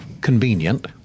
convenient